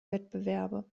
wettbewerbe